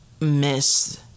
miss